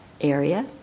area